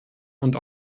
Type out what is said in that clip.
und